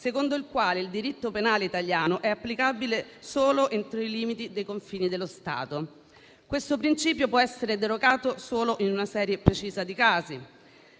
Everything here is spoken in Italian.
secondo il quale il diritto penale italiano è applicabile solo entro i limiti dei confini dello Stato. Questo principio può essere derogato solo in una serie precisa di casi.